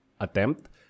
attempt